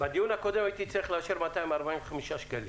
בדיון הקודם הייתי צריך לאשר 245 שקלים,